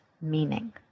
meaning